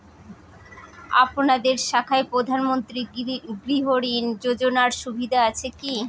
আপনাদের শাখায় প্রধানমন্ত্রী গৃহ ঋণ যোজনার সুবিধা আছে কি?